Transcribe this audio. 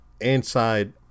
inside